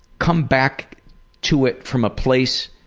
come back to it from a place